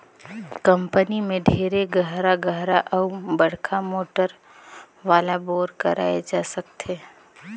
company में ढेरे गहरा गहरा अउ बड़का मोटर वाला बोर कराए जा सकथे